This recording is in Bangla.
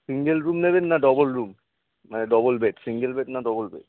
সিঙ্গল রুম নেবেন না ডবল রুম মানে ডবল বেড সিঙ্গল বেড না ডবল বেড